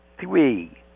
three